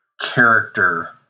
character